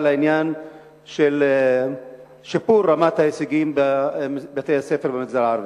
לשיפור רמת ההישגים בבתי-הספר במגזר הערבי.